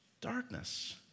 darkness